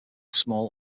small